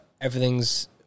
Everything's